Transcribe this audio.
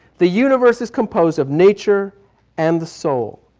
the universe is composed of nature and the soul.